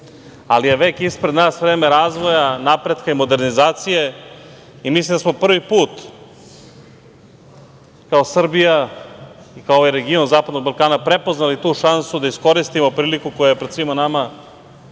ali je vek ispred nas vreme razvoja, napretka i modernizacije i mislim da smo prvi put kao Srbija, kao i region zapadnog Balkana prepoznali tu šansu da iskoristimo priliku koja je pred svima nama,